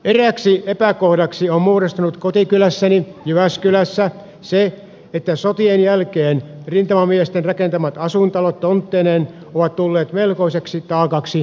erääksi epäkohdaksi on muodostunut kotikylässäni jyväskylässä se että sotien jälkeen rintamamiesten rakentamat asuintalot tontteineen ovat tulleet melkoiseksi taakaksi nykyomistajille